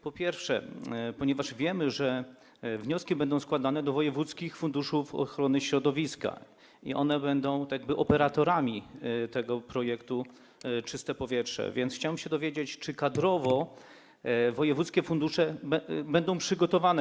Po pierwsze, ponieważ wiemy, że wnioski będą składane do wojewódzkich funduszy ochrony środowiska i to one będą tak jakby operatorami tego projektu „Czyste powietrze”, to chciałem się dowiedzieć, czy wojewódzkie fundusze będą przygotowane kadrowo.